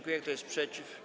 Kto jest przeciw?